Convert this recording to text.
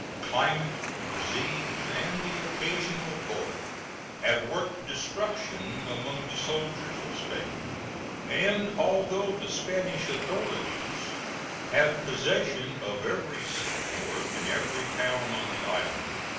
climate, disease, and the occasional bullet have worked destruction among the soldiers of spain and although the spanish authorities have possession of every seaport and every town on the island,